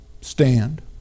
stand